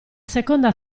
seconda